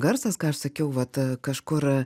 garsas ką aš sakiau vat kažkur